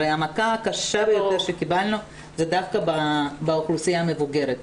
הרי המכה הקשה ביותר שקיבלנו היא דווקא באוכלוסייה המבוגרת.